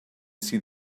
see